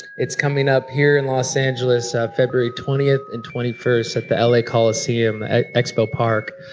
it's coming up here in los angeles, february twentieth and twenty first at the la coliseum at expo park.